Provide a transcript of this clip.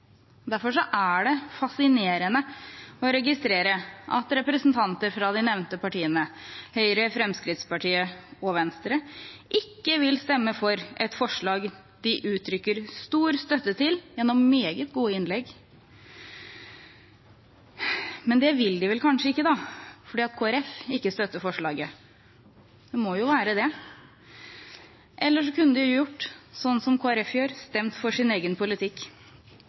Derfor er det fascinerende å registrere at representanter fra de nevnte partiene, Høyre, Fremskrittspartiet og Venstre, ikke vil stemme for et forslag de uttrykker stor støtte til gjennom meget gode innlegg. Men det vil de vel kanskje ikke fordi Kristelig Folkeparti ikke støtter forslaget. Det må jo være det, for ellers kunne de gjort sånn som Kristelig Folkeparti gjør: stemme for sin egen politikk.